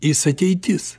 jis ateitis